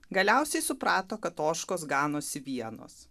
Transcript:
galiausiai suprato kad ožkos ganosi vienos